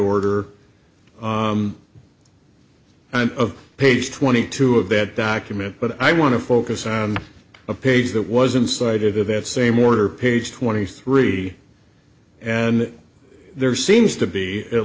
order and of page twenty two of that document but i want to focus on a page that wasn't cited in that same order page twenty three and there seems to be at